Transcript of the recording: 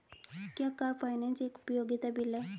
क्या car finance एक उपयोगिता बिल है?